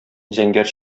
зәңгәр